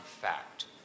fact